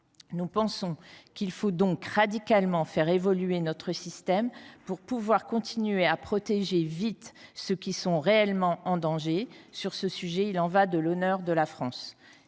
Nous pensons qu’il faut donc radicalement faire évoluer notre système pour pouvoir continuer à protéger vite ceux qui sont réellement en danger. Sur ce sujet, il y va de l’honneur de la France.